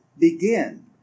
begin